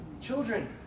Children